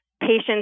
patients